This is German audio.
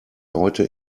heute